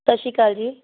ਸਤਿ ਸ਼੍ਰੀ ਅਕਾਲ ਜੀ